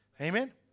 Amen